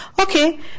Okay